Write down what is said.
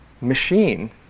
machine